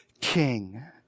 king